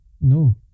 No